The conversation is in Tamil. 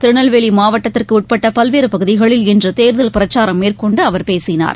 திருநெல்வேலிமாவட்டத்திற்குஉட்பட்டபல்வேறபகுதிகளில் இன்றுதேர்தல் பிரச்சாரம் மேற்கொண்டுஅவர் பேசினார்